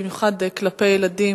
במיוחד כלפי ילדים,